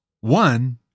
one